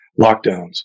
lockdowns